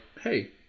hey